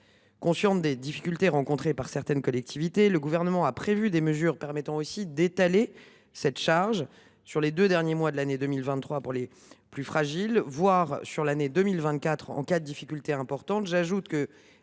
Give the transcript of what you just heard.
conscient des difficultés rencontrées par certaines collectivités, le Gouvernement a prévu des mesures permettant d’étaler cette charge sur les deux derniers mois de l’année 2023 pour les plus fragiles, voire sur l’année 2024 en cas de difficultés importantes.